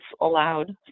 allowed